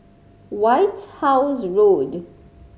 White House Road